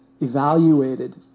evaluated